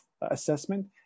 assessment